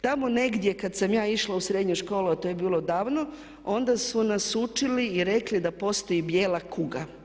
Tamo negdje kada sam ja išla u srednju školu a to je bilo davno, onda su nas učili i rekli da postoji bijela kuga.